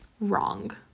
wrong